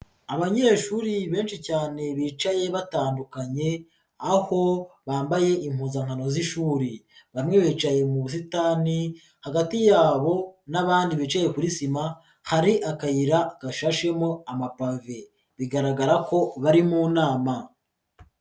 Abanyeshuri benshi cyane bicaye batandukanye aho bambaye impuzankano z'ishuri, bamwe bicaye mu busitani hagati yabo n'abandi bicaye kuri sima, hari akayira gashashemo amapave bigaragara ko bari mu nama.